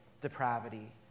depravity